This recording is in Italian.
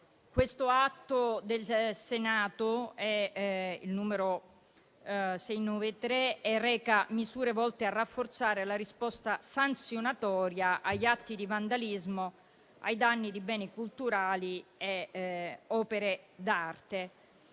L'Atto Senato 693 reca misure volte a rafforzare la risposta sanzionatoria agli atti di vandalismo ai danni di beni culturali e opere d'arte.